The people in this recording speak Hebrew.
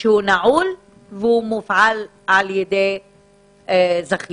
שהוא נעול והוא מופעל על ידי זכיין.